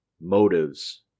motives